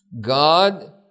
God